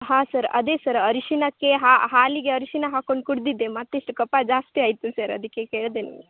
ಹಾಂ ಸರ್ ಅದೇ ಸರ್ ಅರಿಶಿಣಕ್ಕೆ ಹಾಲಿಗೆ ಅರಿಶಿಣ ಹಾಕೊಂಡು ಕುಡ್ದಿದ್ದೆ ಮತ್ತಿಷ್ಟು ಕಫ ಜಾಸ್ತಿ ಆಯಿತು ಸರ್ ಅದಕೆ ಕೇಳಿದೆ ನಿಮ್ಗೆ